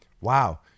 wow